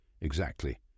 Exactly